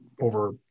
over